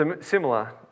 similar